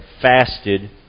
fasted